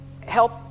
help